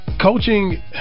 coaching